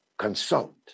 consult